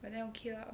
but then okay lah